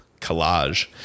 collage